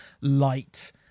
light